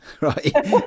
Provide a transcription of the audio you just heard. right